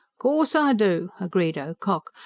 course i do! agreed ocock.